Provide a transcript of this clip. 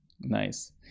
nice